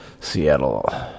Seattle